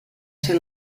ser